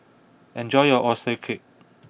enjoy your Oyster Cake